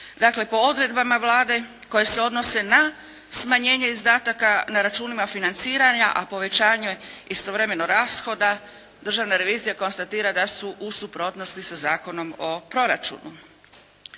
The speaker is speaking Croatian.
dakle, po odredbama Vlade koje se odnose na smanjenje izdataka na računima financiranja a povećanje istovremeno rashoda, državna revizija konstatira da su u suprotnosti sa Zakonom o proračunu.